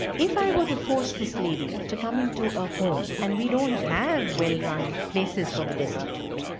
if i were to force this lady to come into a home and we don't have well run places for the destitute,